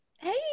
Hey